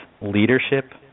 Leadership